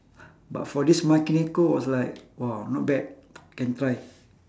but for this manekineko was like !wah! not bad can try